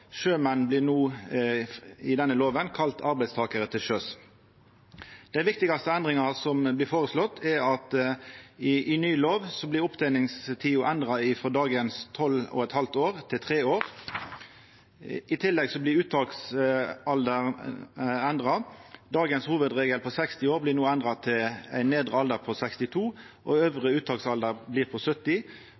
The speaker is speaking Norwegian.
blir kjønnsnøytral. Sjømenn blir i denne lova kalla arbeidstakarar til sjøs. Den viktigaste endringa som blir føreslått, er at i ny lov blir oppteningstida endra frå dagens 12,5 år til 3 år. I tillegg blir uttaksalderen endra. Dagens hovudregel på 60 år blir no endra til ein nedre alder på 62 år, og øvre uttaksalder blir 70